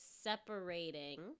separating